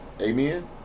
Amen